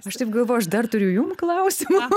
aš taip galvoju aš dar turiu jum klausimų